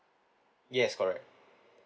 yes correct